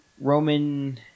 Roman